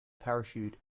parachute